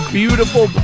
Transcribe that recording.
beautiful